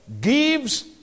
Gives